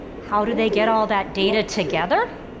how do they get all that data together?